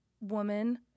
woman